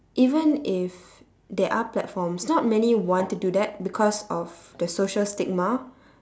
even if there are platforms not many want to do that because of the social stigma